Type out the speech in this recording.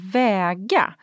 väga